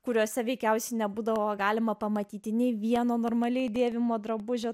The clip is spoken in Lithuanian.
kuriose veikiausiai nebūdavo galima pamatyti nei vieno normaliai dėvimo drabužio